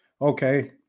okay